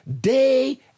day